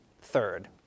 third